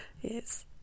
yes